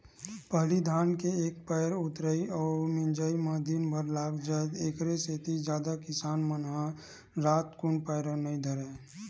पहिली धान के एक पैर के ऊतरई अउ मिजई म दिनभर लाग जाय ऐखरे सेती जादा किसान मन ह रातकुन पैरा नई धरय